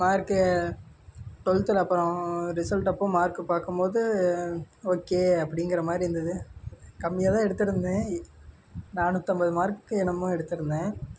mark டுவெல்த்ல அப்புறம் result அப்போ மார்க்கு பார்க்கும்போது ஓகே அப்படிங்கிற மாதிரி இருந்தது கம்மியாக தான் எடுத்திருந்தேன் நானூத்தம்பது மார்க்கு என்னமோ எடுத்திருந்தேன்